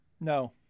No